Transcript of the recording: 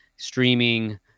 streaming